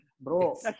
Bro